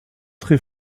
très